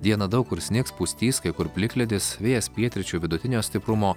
dieną daug kur snigs pustys kai kur plikledis vėjas pietryčių vidutinio stiprumo